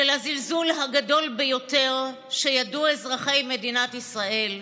של הזלזול הגדול ביותר שידעו אזרחי מדינת ישראל,